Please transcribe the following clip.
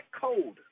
code